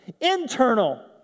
Internal